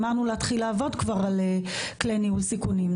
אמרנו להתחיל לעבוד כבר על כלי ניהול סיכונים,